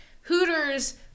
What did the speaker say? Hooters